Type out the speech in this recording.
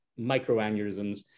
microaneurysms